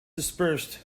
dispersed